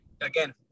again